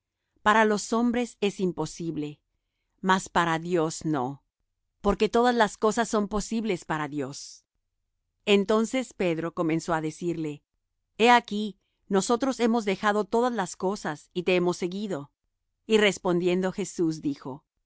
para los hombres es imposible mas para dios no porque todas las cosas son posibles para dios entonces pedro comenzó á decirle he aquí nosotros hemos dejado todas las cosas y te hemos seguido y respondiendo jesús dijo